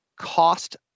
cost